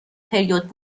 پریود